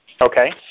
Okay